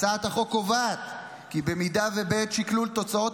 הצעת החוק קובעת כי אם בעת שקלול תוצאות